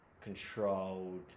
controlled